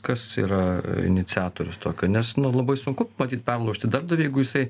kas yra iniciatorius tokio nes nu labai sunku matyt perlaužti darbdavį jeigu jisai